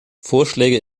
vorschläge